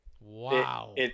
Wow